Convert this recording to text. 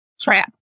trap